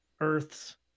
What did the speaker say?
earth's